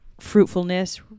fruitfulness